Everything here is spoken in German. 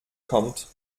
kommt